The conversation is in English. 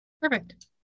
perfect